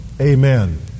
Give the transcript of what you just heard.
amen